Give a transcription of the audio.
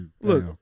Look